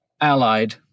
allied